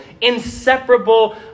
inseparable